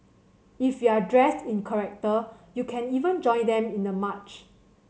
if you're dressed in character you can even join them in the march